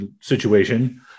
situation